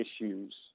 issues